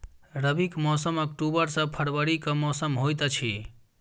रबीक मौसम अक्टूबर सँ फरबरी क समय होइत अछि